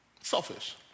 selfish